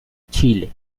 chile